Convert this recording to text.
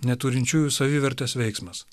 neturinčiųjų savivertės veiksmas